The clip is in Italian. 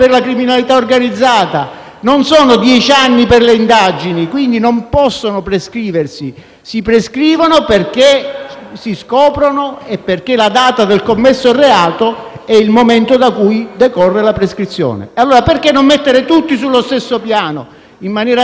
non si hanno dieci anni per le indagini e, quindi, non possono prescriversi. Si prescrivono perché si scoprono e perché la data del commesso reato è il momento da cui decorre la prescrizione. Mi chiedo quindi perché non mettere tutti sullo stesso piano, in maniera tale che tutti